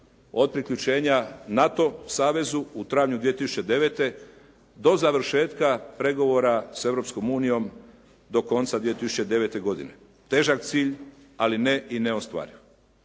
od priključenja NATO savezu u travnju 2009. do završetka pregovora sa Europskom unijom do konca 2009. godine. Težak cilj, ali ne i neostvariv.